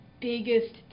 biggest